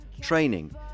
training